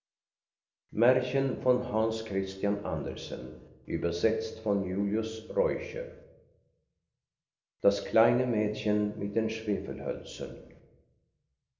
das kleine mädchen mit den